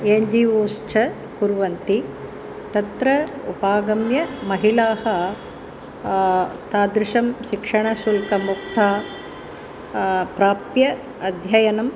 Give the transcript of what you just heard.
एञ्जिओश्च कुर्वन्ति तत्र उपागम्य माहिलाः तादृशं शिक्षणशुल्कमुक्ता प्राप्य अध्ययनम्